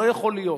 לא יכול להיות.